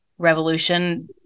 revolution